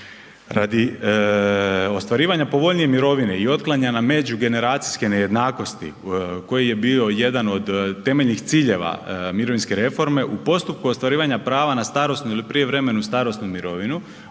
Radi ostvarivanja povoljnije mirovine i otklanjanja međugeneracijske nejednakosti koji je bio jedan od temeljnih ciljeva mirovinske reforme u postupku ostvarivanja prava na starosnu ili prijevremenu starosnu mirovinu